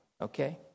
Okay